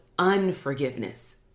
Unforgiveness